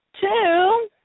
two